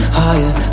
higher